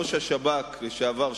ראש השב"כ לשעבר,